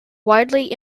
widely